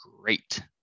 great